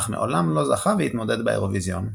אך מעולם לא זכה והתמודד באירוויזיון.